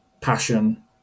passion